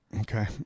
Okay